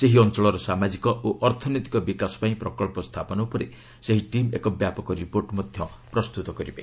ସେହି ଅଞ୍ଚଳର ସାମାଜିକ ଓ ଅର୍ଥନୈତିକ ବିକାଶ ପାଇଁ ପ୍ରକଳ୍ପ ସ୍ଥାପନ ଉପରେ ସେହି ଟିମ୍ ଏକ ବ୍ୟାପକ ରିପୋର୍ଟ୍ ପ୍ରସ୍ତୁତ କରିବେ